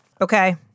okay